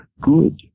good